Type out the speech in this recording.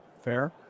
Fair